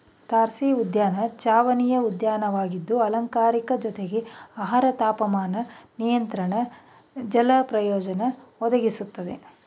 ತಾರಸಿಉದ್ಯಾನ ಚಾವಣಿಯ ಉದ್ಯಾನವಾಗಿದ್ದು ಅಲಂಕಾರಿಕ ಜೊತೆಗೆ ಆಹಾರ ತಾಪಮಾನ ನಿಯಂತ್ರಣ ಜಲ ಪ್ರಯೋಜನ ಒದಗಿಸ್ತದೆ